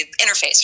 interface